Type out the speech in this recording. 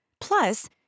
plus